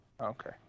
Okay